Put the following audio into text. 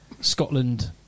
Scotland